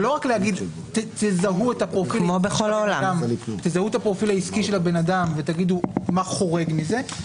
זה לא רק להגיד תזהו את הפרופיל העסקי של הבן-אדם ותגידו מה חורג מזה.